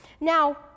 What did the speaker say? now